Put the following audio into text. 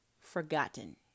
forgotten